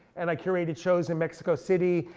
and i curated shows in mexico city.